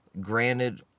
granted